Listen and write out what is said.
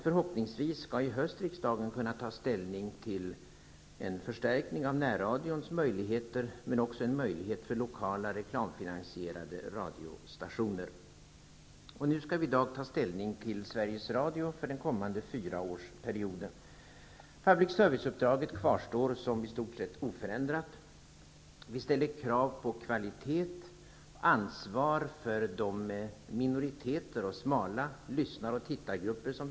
Förhoppningsvis skall riksdagen i höst kunna ta ställning till en förstärkning av närradions möjligheter men också en möjlighet för lokala reklamfinansierade radiostationer. Vi skall i dag ta ställning till Sveriges Radio för den kommande fyraårsperioden. Public serviceuppdraget kvarstår i stort sett oförändrat. Vi ställer krav på kvalitet och ansvar för de minoriteter vi har i samhället och de smala lyssnar och tittargrupperna.